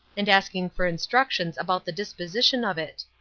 and asking for instructions about the disposition of it.